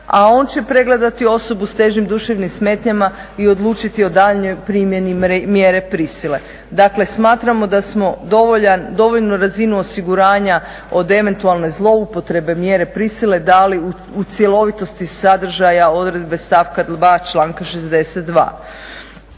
a on će pregledati osobu s težim duševnim smetnjama i odlučiti o daljnjoj primjeni mjere prisile. Dakle smatramo da smo dovoljnu razinu osiguranja od eventualne zloupotrebe mjere prisile dali u cjelovitosti sadržaja odredbe stavka 2. članka 62.